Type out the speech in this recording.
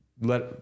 let